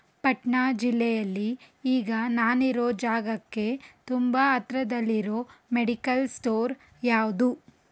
ಪಟ್ನಾ ಜಿಲ್ಲೆಯಲ್ಲಿ ಈಗ ನಾನಿರೋ ಜಾಗಕ್ಕೆ ತುಂಬ ಹತ್ರದಲ್ಲಿರೋ ಮೆಡಿಕಲ್ ಸ್ಟೋರ್ ಯಾವುದು